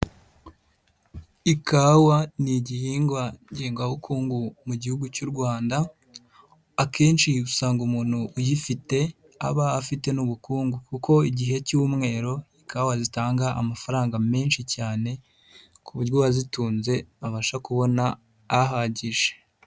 Ikawa ni' igihingwa ngengabukungu mu gihugu cy'u Rwanda, akenshi usanga umuntu uyifite aba afite n'ubukungu kuko igihe cy'umweru, ikawa zitanga amafaranga menshi cyane ku buryo uwazitunze abasha kubona ahagije.